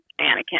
Anakin